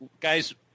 guys